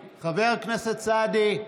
סעדי,